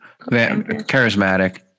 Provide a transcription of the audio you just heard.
Charismatic